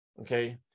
Okay